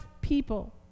people